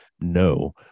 No